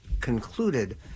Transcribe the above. concluded